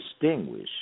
distinguish